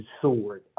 sword